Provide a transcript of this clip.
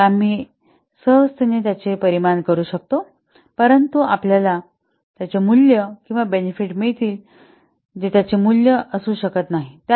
तर आम्ही सहजतेने त्याचे परिमाण करू शकतो परंतु आपल्याला त्याचे मूल्य किंवा बेनेफिट मिळतील जे त्याचे मूल्य असू शकत नाही